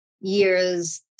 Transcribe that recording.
years